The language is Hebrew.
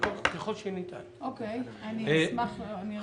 אני רוצה להוסיף.